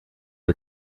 are